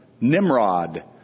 Nimrod